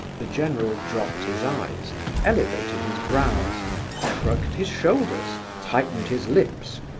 the general dropped his eyes, and elevated his brows shrugged his shoulders, tightened his lips,